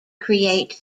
create